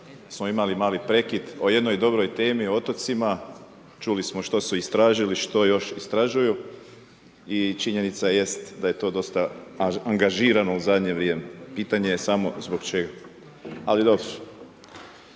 smo imali mali prekid o jednoj dobroj temi, o otocima. Čuli smo što su istražili, što još istražuju i činjenica jest da je to dosta angažirano u zadnje vrijeme. Pitanje je samo zbog čega. Ali dobro.